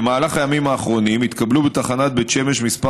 בימים האחרונים התקבלו בתחנת בית שמש כמה